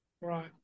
Right